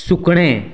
सुकणें